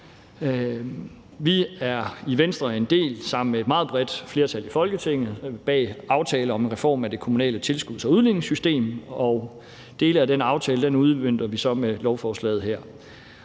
Vi er i Venstre sammen med et meget bredt flertal i Folketinget en del af aftalen om en reform af det kommunale tilskuds- og udligningssystem, og dele af den aftale udmønter vi så med lovforslaget her.